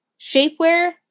shapewear